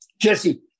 Jesse